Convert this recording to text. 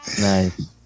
Nice